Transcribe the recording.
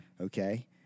okay